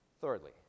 Thirdly